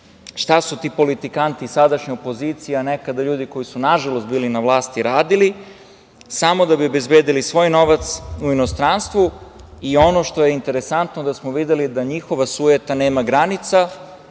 šta su ti politikanti, sadašnja opozicija, nekada ljudi koji su, nažalost, bili na vlasti radili samo da bi obezbedili svoj novac u inostranstvu. Ono što je interesantno, videli smo da njihova sujeta nema granica,